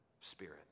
Spirit